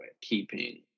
keeping